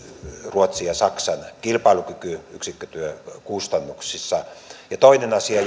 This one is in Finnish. ruotsin ja saksan kilpailukyky yksikkötyökustannuksissa toinen asia